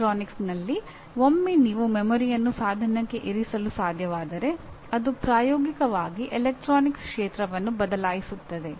ಎಲೆಕ್ಟ್ರಾನಿಕ್ಸ್ನಲ್ಲಿ ಒಮ್ಮೆ ನೀವು ಮೆಮೊರಿಯನ್ನು ಸಾಧನಕ್ಕೆ ಇರಿಸಲು ಸಾಧ್ಯವಾದರೆ ಅದು ಪ್ರಾಯೋಗಿಕವಾಗಿ ಎಲೆಕ್ಟ್ರಾನಿಕ್ಸ್ ಕ್ಷೇತ್ರವನ್ನು ಬದಲಾಯಿಸುತ್ತದೆ